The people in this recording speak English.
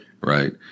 right